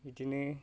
बिदिनो